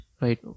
right